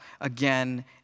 again